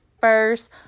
first